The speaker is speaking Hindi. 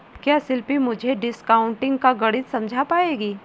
क्या शिल्पी मुझे डिस्काउंटिंग का गणित समझा पाएगी?